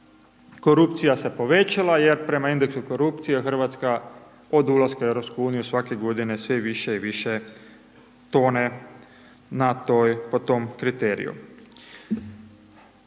korupcija se povećala, jer prema indeksu korupcije, Hrvatska od ulaska u EU, svake godine sve više i više tone po tom kriteriju.